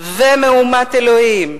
ומהומת אלוהים,